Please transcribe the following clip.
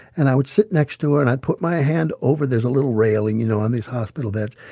and i would sit next to her, and i'd put my hand over there's a little railing, you know, on these hospital beds.